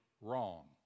wrong